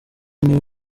niwe